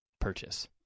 purchase